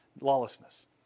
lawlessness